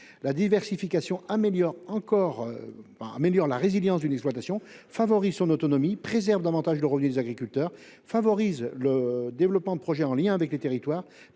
la diversification améliore la résilience d’une exploitation, favorise son autonomie, préserve davantage le revenu des agriculteurs et aide au développement de projets en lien avec les territoires.